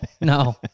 no